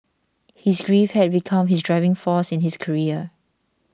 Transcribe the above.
his grief had become his driving force in his career